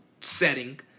setting